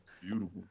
beautiful